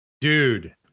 dude